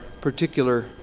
particular